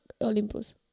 Olympus